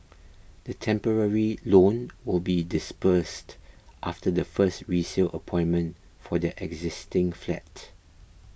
the temporary loan will be disbursed after the first resale appointment for their existing flat